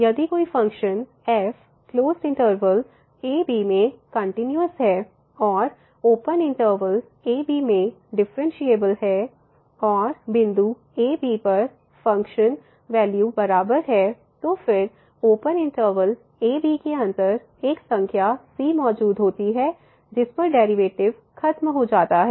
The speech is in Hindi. यदि कोई function f closed interval a b में कंटिन्यूस है और ओपन इंटरवल a b में डिफरेंशिएबल है और बिंदु a b पर फ़ंक्शन वैल्यू बराबर है तो फिर ओपन इंटरवल a b के अंदर एक संख्या c मौजूद होती है जिस पर डेरिवेटिव खत्म हो जाता है